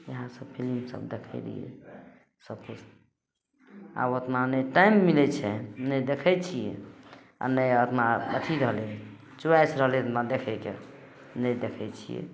इहए सब फिलिम सब देखै रहियै सबकिछु आब ओतना नहि टाइम मिलै छै नहि देखै छियै आ नहि ओतना अथी रहलै चॉइस रहलै ओतना देखैके नहि देखै छियै